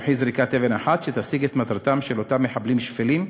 במחי זריקת אבן אחת שתשיג את מטרתם של אותם מחבלים שפלים,